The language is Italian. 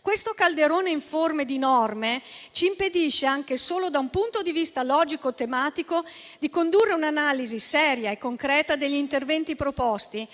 Questo calderone informe di norme ci impedisce, anche solo da un punto di vista logico tematico, di condurre un'analisi seria e concreta degli interventi proposti,